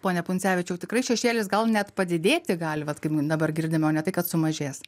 pone pundzevičiau tikrai šešėlis gal net padidėti gali vat kaip dabar girdime o ne tai kad sumažės